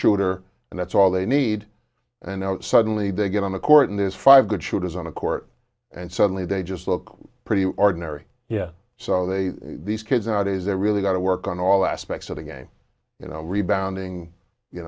shooter and that's all they need and suddenly they get on the court and this five good shooters on a court and suddenly they just look pretty ordinary yeah so they these kids nowadays they really got to work on all aspects of the game you know rebounding you